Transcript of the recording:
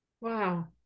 Wow